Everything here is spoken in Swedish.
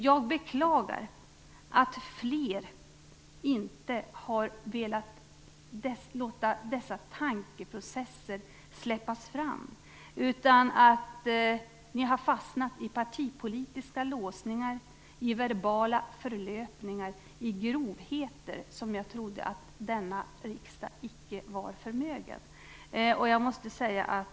Jag beklagar att inte fler har velat låta dessa tankeprocesser släppas fram, utan att så många har fastnat i partipolitiska låsningar, i verbala förlöpningar och i grovheter som jag trodde att denna riksdag icke var förmögen.